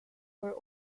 for